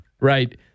right